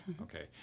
Okay